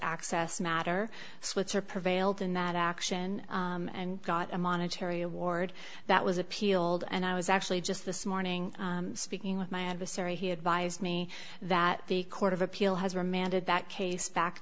access matter switzer prevailed in that action and got a monetary award that was appealed and i was actually just this morning speaking with my adversary he advised me that the court of appeal has remanded that case back